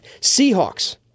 Seahawks